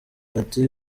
ati